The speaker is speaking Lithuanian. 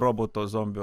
roboto zombio